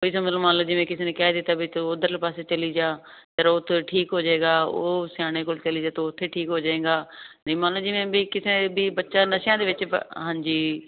ਵੈਸੇ ਚਲੋ ਮੰਨ ਲਓ ਜਿਵੇਂ ਕਿਸੇ ਨੇ ਕਹਿ ਦਿੱਤਾ ਵੀ ਤੂੰ ਉਧਰਲੇ ਪਾਸੇ ਚਲੀ ਜਾ ਫਿਰ ਉੱਥੋਂ ਠੀਕ ਹੋ ਜਾਏਗਾ ਉਹ ਸਿਆਣੇ ਕੋਲ ਚਲੀ ਜਾ ਤੋ ਉੱਥੇ ਠੀਕ ਹੋ ਜਾਏਗਾ ਵੀ ਮੰਨ ਲਓ ਜਿਵੇਂ ਵੀ ਕਿਸੇ ਵੀ ਵੀ ਬੱਚਾ ਨਸ਼ਿਆਂ ਦੇ ਵਿੱਚ ਹਾਂਜੀ